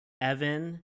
Evan